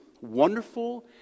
wonderful